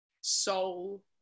soul